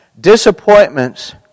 disappointments